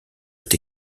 est